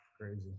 Crazy